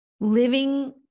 living